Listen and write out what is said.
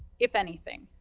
if anything,